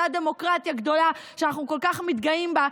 אותה דמוקרטיה גדולה שאנחנו כל כך מתגאים בה,